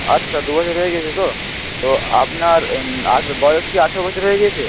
আচ্ছা দু হাজার হয়ে গেছে তো তো আপনার আট বয়স কি আঠেরো বছর হয়ে গিয়েছে